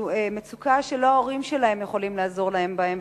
זו מצוקה שלא ההורים שלהם יכולים לעזור להם בה.